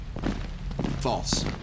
False